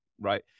right